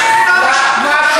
אז מה?